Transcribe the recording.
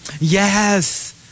Yes